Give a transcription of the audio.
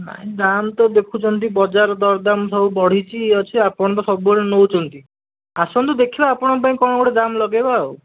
ନାହିଁ ଦାମ୍ ତ ଦେଖୁଛନ୍ତି ବଜାର ଦରଦାମ ସବୁ ବଢ଼ିଛି ଅଛି ଆପଣ ତ ସବୁବେଳେ ନେଉଛନ୍ତି ଆସନ୍ତୁ ଦେଖିବା ଆପଣଙ୍କ ପାଇଁ କଣ ଗୋଟେ ଦାମ୍ ଲଗେଇବା ଆଉ